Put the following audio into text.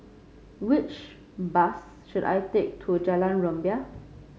which bus should I take to Jalan Rumbia